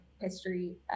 history